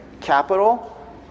capital